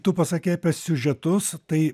tu pasakei apie siužetus tai